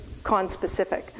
conspecific